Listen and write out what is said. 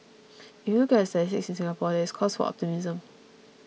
if you look at the statistics in Singapore there is cause for optimism